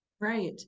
Right